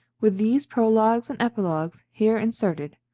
with these prologues and epilogues here inserted,